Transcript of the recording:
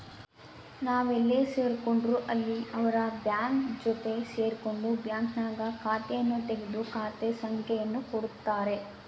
ನಾವೆಲ್ಲೇ ಸೇರ್ಕೊಂಡ್ರು ಅಲ್ಲಿ ಅವರ ಜೊತೆ ಸೇರ್ಕೊಂಡು ಬ್ಯಾಂಕ್ನಾಗ ಖಾತೆಯನ್ನು ತೆಗೆದು ಖಾತೆ ಸಂಖ್ಯೆಯನ್ನು ಕೊಡುತ್ತಾರೆ